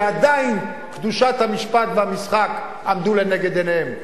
שעדיין קדושת המשפט והמשחק עמדו לנגד עיניהם.